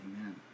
Amen